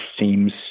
seems